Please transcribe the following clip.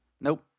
Nope